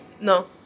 No